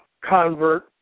convert